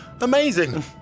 Amazing